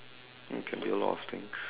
um can be a lot of things